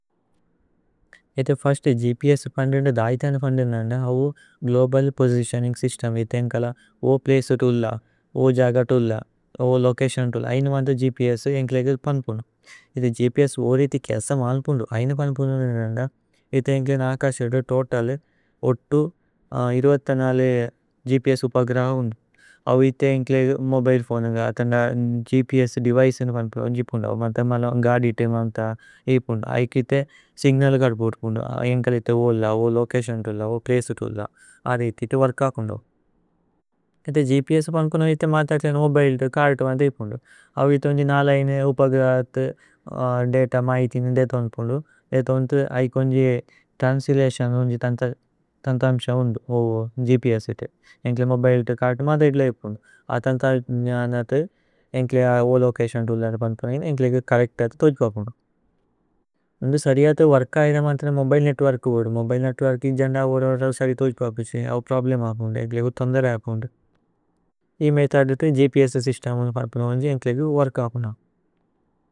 ഏത first GPS പന്ദേന്ദ ദൈഥന പന്ദേന്ദ അന്ദ അവു। ഗ്ലോബല് പോസിതിഓനിന്ഗ് സ്യ്സ്തേമ് ഏത ഏന്കല വോ പ്ലചേ തോ। അല്ല വോ ജഗ തോ അല്ല വോ ലോചതിഓന് തോ അല്ല ഐന വന്ത്। ഗ്പ്സ് ഏന്കേലേഗേ പന്പുന്ദു ഏത ഗ്പ്സ് ഓരിതി കേല്സ മല്പുന്ദു। ഐന പന്പുന്ദു അന്ദ അന്ദ ഏത ഏന്കേലേ നാകസേത തോതലേ। ഓത്തു ഗ്പ്സ് ഉപഗ്രഹവു അവു ഏതേ ഏന്കേലേഗേ മോബിലേ ഫോനേ। അന്ഗ അതന്ദ ഗ്പ്സ് ദേവിചേ അന്ദ പന്പുന്ദു മന്ത മലമ്। ഗദി തേ മന്ത ഏഇപുന്ദു ഐത ഏതേ സിഗ്നല കദ പുതു। പുന്ദു ഏന്കല ഏതേ വോ അല്ല വോ ലോചതിഓന് തോ അല്ല വോ। പ്ലചേ തോ അല്ല അദ ഏതേ ഇതേ വല്ക പന്പുന്ദു ഏത ഗ്പ്സ്। പന്പുന്ദു ഇതേ മത ഏതേലേനേ മോബിലേ തേ കര്തു അന്ദ। ഏഇപുന്ദു അവു ഏതേ ഉന്ജേ നാലയ്നേ ഉപഗ്രഹവു ദത। മൈഥിന ദൈഥന പന്പുന്ദു ദൈഥന അന്ത ഐത। ഉന്ജേ ത്രന്സ്ലതിഓന് ഉന്ജേ തന്ഥ അമ്സ ഉന്ന്ദു ഗ്പ്സ് ഏതേ। ഏന്കേലേ മോബിലേ തേ കര്തു അന്ദ ഏഇപുന്ദു അതന്ദ ഏതേ। ഏന്കേലേ വോ ലോചതിഓന് തോ അല്ല അന്ദ പന്പുന്ദു ഏന। ഏന്കേലേഗേ ചോര്രേച്തേ അത തോജ്പവ്പുന്ദു ഉന്ജു സരിയതേ। വോര്ക ഐദ മന്ത്ര മോബിലേ നേത്വോര്കു മോബിലേ നേത്വോര്ക്। ജന്ദ ഔര് സരി തോജ്പവ്പുഛു ഔ പ്രോബ്ലേമ് ഹപ്പുന്ദു। ഏന്കേലേഗു ഥോന്ദര ഹപ്പുന്ദു ഇ മേഥോദേ തേ ഗ്പ്സ് ഏതേ। സിസ്തേമു അന്ദ പന്പുന്ദു ഉന്ജേ ഏന്കേലേഗേ വോര്ക ഹപ്പുന്ദു।